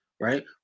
Right